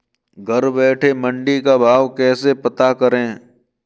घर बैठे मंडी का भाव कैसे पता करें?